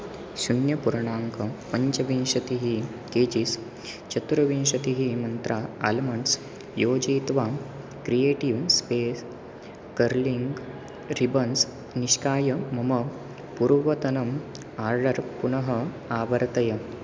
शुन्यपुरणाङ्क पञ्चविंशतिः केजीस् चतुर्विंशतिः मन्त्रा आल्मण्ड्स् योजयित्वा क्रियेटिव् स्पेस् कर्लिङ्ग् रिबन्स् निष्कास्य मम पुर्वतनम् आर्डर् पुनः आवर्तय